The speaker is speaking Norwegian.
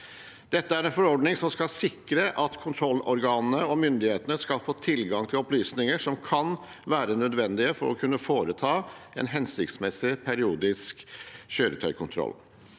Dette er en forordning som skal sikre at kontrollorganer og myndigheter skal få tilgang til opplysninger som kan være nødvendige for å kunne foreta en hensiktsmessig periodisk kjøretøykontroll.